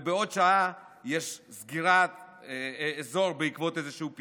ובעוד שעה יש סגירת אזור בעקבות איזשהו אירוע.